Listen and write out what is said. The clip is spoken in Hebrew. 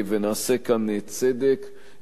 ונעשה כאן צדק,